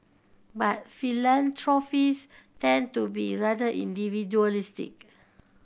but philanthropists tend to be rather individualistic